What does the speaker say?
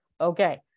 okay